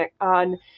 on